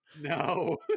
no